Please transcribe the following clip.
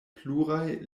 pluraj